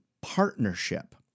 partnership